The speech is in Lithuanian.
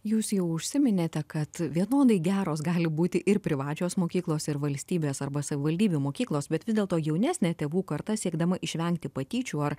jūs jau užsiminėte kad vienodai geros gali būti ir privačios mokyklos ir valstybės arba savivaldybių mokyklos bet vis dėlto jaunesnė tėvų karta siekdama išvengti patyčių ar